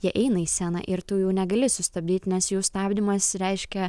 jie eina į sceną ir tu jų negali sustabdyt nes jų stabdymas reiškia